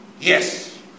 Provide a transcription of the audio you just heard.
Yes